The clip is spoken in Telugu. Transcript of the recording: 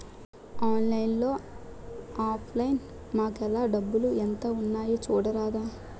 ఆన్లైన్లో ఆఫ్ లైన్ మాకేఏల్రా డబ్బులు ఎంత ఉన్నాయి చూడరాదా